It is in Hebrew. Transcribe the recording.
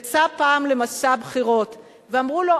יצא פעם למסע בחירות ואמרו לו,